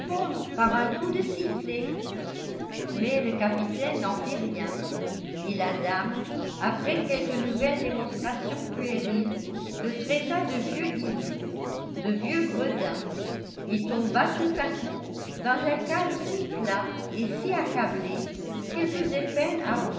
par un coup de sifflet mais le capitaine n'en fit rien et la dame après quelques nouvelles démonstrations puériles le traita de vieux hibou de vieux gredin et tomba tout à coup dans un calme si plat et si accablé qu'elle faisait peine